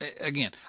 Again